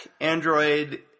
Android